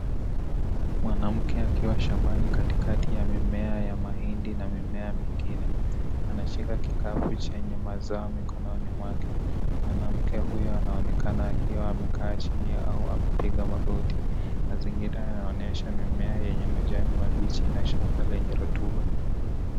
Mwanamke akiwa shambani katikati ya mimea ya mahindi na mimea mingine. Anashika kikapu chenye mazao mikononi mwake. Mwanamke huyu anaonekana akiwa amekaa chini au amepiga magoti.. Mazingira yaonyesha mimea yenye majani mabichi na shamba lenye rutuba.